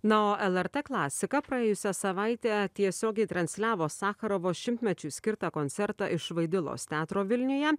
na o lrt klasika praėjusią savaitę tiesiogiai transliavo sacharovo šimtmečiui skirtą koncertą iš vaidilos teatro vilniuje